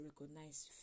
recognize